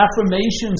affirmations